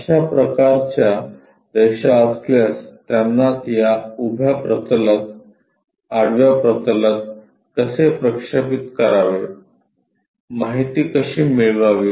अशा प्रकारच्या रेषा असल्यास त्यांना या उभ्या प्रतलात आडव्या प्रतलात कसे प्रक्षेपित करावे माहिती कशी मिळवावी